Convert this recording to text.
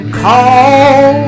call